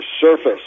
surface